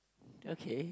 okay